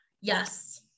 Yes